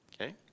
okay